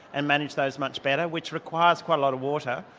and manage those much better, which requires quite a lot of water.